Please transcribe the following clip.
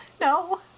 No